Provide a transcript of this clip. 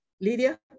Lydia